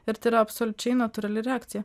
ir tai yra absoliučiai natūrali reakcija